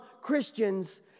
Christians